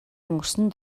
өнгөрсөн